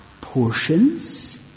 portions